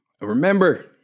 Remember